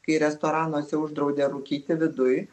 kai restoranuose uždraudė rūkyti viduj